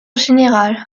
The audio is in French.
général